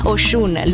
Oshun